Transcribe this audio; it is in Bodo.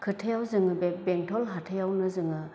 खोथायाव जोङो बे बेंटल हाथायावनो जोङो